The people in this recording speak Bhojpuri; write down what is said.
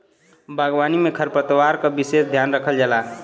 बागवानी में खरपतवार क विसेस ध्यान रखल जाला